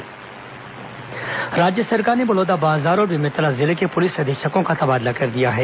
IPS तबादला राज्य सरकार ने बलौदाबाजार और बेमेतरा जिले के पुलिस अधीक्षकों का तबादला कर दिया है